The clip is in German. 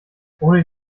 ohne